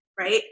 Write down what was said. Right